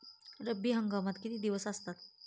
रब्बी हंगामात किती दिवस असतात?